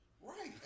Right